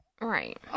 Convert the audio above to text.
Right